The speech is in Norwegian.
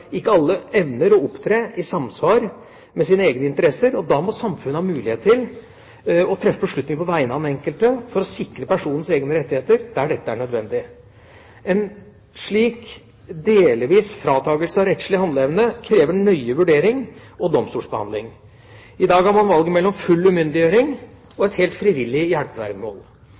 ikke alle evner å opptre i samsvar med sine egne interesser, og da må samfunnet ha mulighet til å treffe beslutninger på vegne av den enkelte for å sikre personens egne rettigheter der dette er nødvendig. En slik delvis fratakelse av rettslig handleevne krever nøye vurdering og domstolsbehandling. I dag har man valget mellom full umyndiggjøring og et helt frivillig